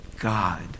God